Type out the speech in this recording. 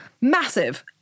massive